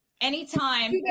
anytime